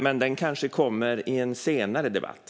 Men det kanske framkommer i en senare debatt.